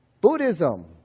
Buddhism